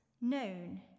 known